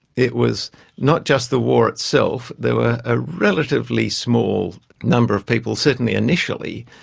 it was not just the war itself. there were a relatively small number of people, certainly initially,